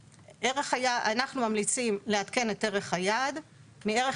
אנחנו ממליצים לעדכן את ערך היעד מערך